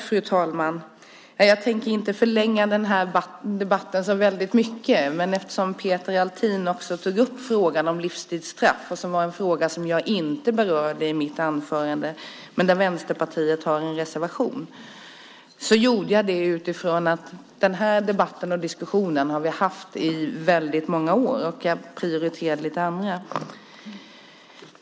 Fru talman! Jag tänker inte förlänga den här debatten så väldigt mycket. Men Peter Althin tog upp frågan om livstidsstraffet, vilken jag inte berörde i mitt anförande. Men Vänsterpartiet har en reservation om livstidsstraffet. Jag tog inte upp det eftersom vi har fört en debatt och diskussion om det under väldigt många år, och jag prioriterade lite andra saker.